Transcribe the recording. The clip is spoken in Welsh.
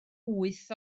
wyth